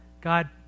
God